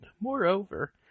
moreover